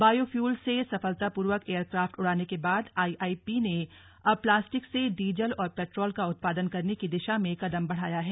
biofuel से सफलतापूर्वक aircraft उड़ाने के बाद आईआईपी ने अब प्लास्टिक से डीजल और पेट्रोल का उत्पादन करने की दिशा में कदम बढ़ाया है